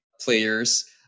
Players